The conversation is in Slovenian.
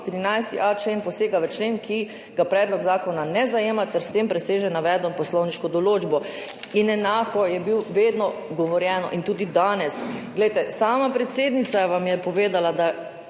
13.a člen posega v člen, ki ga predlog zakona ne zajema, ter s tem preseže navedeno poslovniško določbo.« In enako je bilo vedno govorjeno in tudi danes. Sama predsednica vam je povedala, da